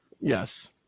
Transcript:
Yes